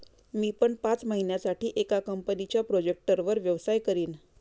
मी पण पाच महिन्यासाठी एका कंपनीच्या प्रोजेक्टवर व्यवसाय करीन